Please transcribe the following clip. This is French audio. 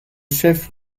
chef